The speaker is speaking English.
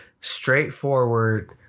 straightforward